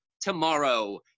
tomorrow